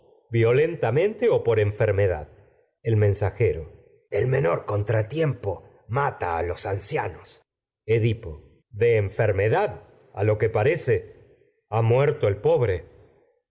violentamente o por enfermedad el mensajero el menor contratiempo mata a los ancianos edipo de enfermedad a lo que parece ha muer to el el pobre